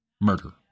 murder